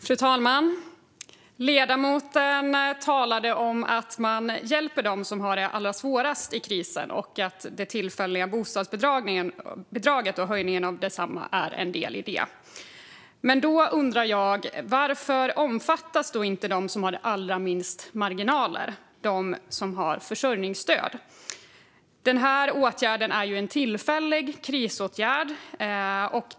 Fru talman! Ledamoten talade om att man hjälper dem som har det allra svårast i krisen och att det tillfälliga bostadsbidraget och höjningen av detsamma är en del i det. Då undrar jag varför det inte omfattar dem som har allra minst marginaler, det vill säga dem som har försörjningsstöd. Den här åtgärden är ju en tillfällig krisåtgärd.